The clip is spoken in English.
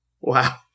Wow